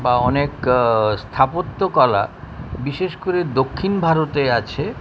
বা অনেক স্থাপত্য কলা বিশেষ করে দক্ষিণ ভারতে আছে